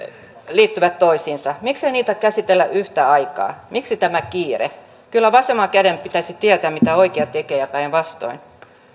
liittyvät toisiinsa miksei niitä käsitellä yhtä aikaa miksi tämä kiire kyllä vasemman käden pitäisi tietää mitä oikea tekee ja päinvastoin